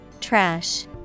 trash